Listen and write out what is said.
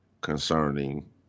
concerning